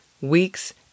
weeks